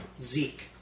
Zeke